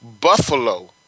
Buffalo